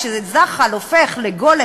כשזחל הופך לגולם,